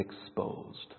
exposed